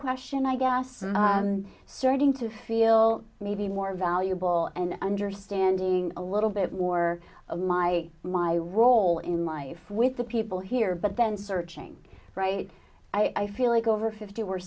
question i get asked starting to feel maybe more valuable and understanding a little bit more of my my role in life with the people here but then searching right i feel like over fifty we're